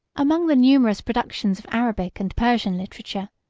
among the numerous productions of arabic and persian literature,